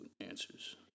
answers